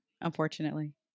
unfortunately